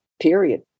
period